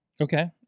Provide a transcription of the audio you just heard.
Okay